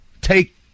take